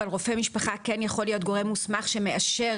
רופא משפחה כן יכול להיות רופא מוסמך שמאשר,